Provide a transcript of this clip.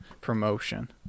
promotion